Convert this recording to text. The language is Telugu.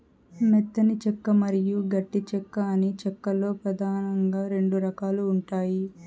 మెత్తని చెక్క మరియు గట్టి చెక్క అని చెక్క లో పదానంగా రెండు రకాలు ఉంటాయి